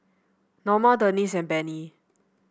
Noma Denese and Bennie